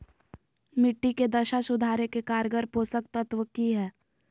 मिट्टी के दशा सुधारे के कारगर पोषक तत्व की है?